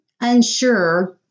unsure